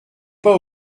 pas